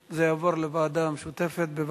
ההצעה להעביר את הנושא לוועדה המשותפת של